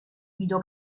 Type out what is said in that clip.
guido